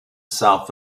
south